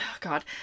God